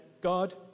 God